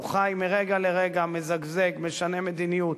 הוא חי מרגע לרגע, מזגזג, משנה מדיניות,